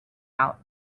out